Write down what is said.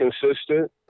consistent